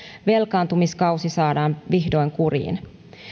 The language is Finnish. velkaantumiskausi saadaan vihdoin kuriin